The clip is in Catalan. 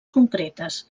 concretes